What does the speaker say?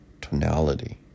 tonality